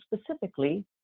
specifically